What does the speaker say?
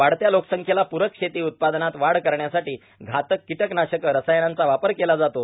वाढत्या लोकसंख्येला पूरक शेती उत्पादनात वाढ करण्यासाठां घातक र्फकटकनाशके रसायनांचा वापर केला जातो